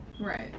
Right